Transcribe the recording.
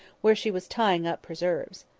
where she was tying up preserves.